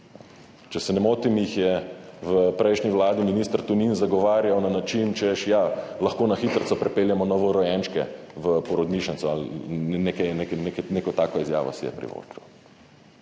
Če se ne motim, jih je v prejšnji vladi minister Tonin zagovarjal na način, češ, ja, lahko na hitrico pripeljemo novorojenčke v porodnišnico ali neko tako izjavo si je privoščil.